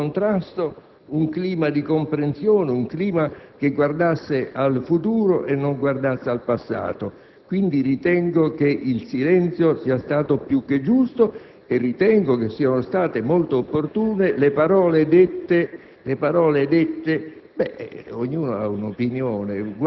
più di un motivo di grandissimo contrasto, un clima di comprensione che guardasse al futuro e non al passato. Ritengo quindi che il silenzio sia stato più che giusto e che siano state molto opportune le parole dette.